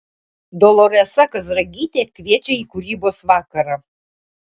doloresa kazragytė kviečia į kūrybos vakarą